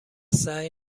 سعی